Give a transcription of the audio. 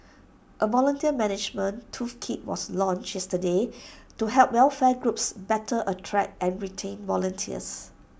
A volunteer management tools kit was launched yesterday to help welfare groups better attract and retain volunteers